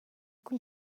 cun